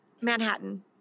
Manhattan